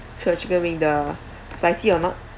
sure chicken wing the spicy or not